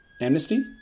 amnesty